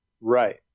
Right